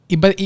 Iba